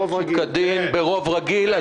ברוב רגיל.